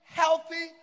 healthy